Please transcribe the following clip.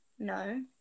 No